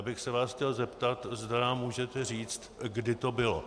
Já bych se vás chtěl zeptat, zda nám můžete říct, kdy to bylo.